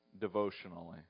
devotionally